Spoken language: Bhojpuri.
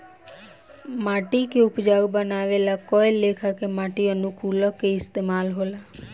माटी के उपजाऊ बानवे ला कए लेखा के माटी अनुकूलक के इस्तमाल होला